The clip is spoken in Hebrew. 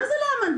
מה זה לא המנדט?